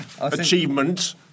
Achievement